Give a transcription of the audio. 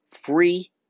free